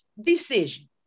decision